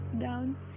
down